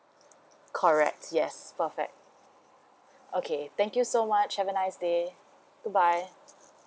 correct yes perfect okay thank you so much have a nice day goodbye